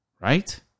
right